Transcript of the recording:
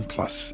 Plus